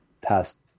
past